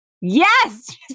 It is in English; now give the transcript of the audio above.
Yes